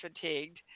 fatigued